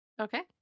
Okay